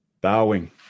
Bowing